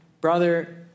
Brother